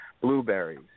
blueberries